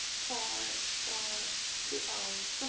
for for three hours.